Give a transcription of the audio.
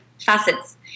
facets